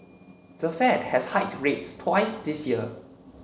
the Fed has hiked rates twice this year